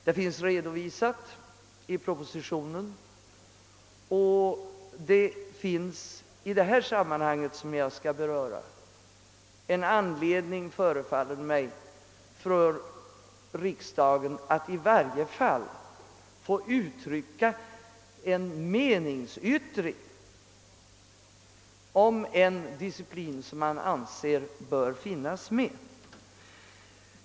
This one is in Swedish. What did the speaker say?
Det finns dock redovisat i propositionen och det finns — förefaller det mig — i det sammanhang som jag här skall beröra en anledning för riksdagen att i varje fall få uttrycka en meningsyttring om en disciplin som den anser böra finnas med.